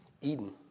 Eden